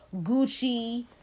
Gucci